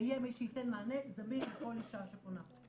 ויהיה מי שיתן מענה זמין לכל אישה שפונה.